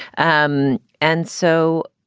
um and so.